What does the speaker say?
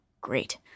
great